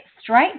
straight